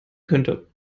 könnte